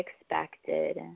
expected